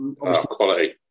Quality